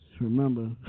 Remember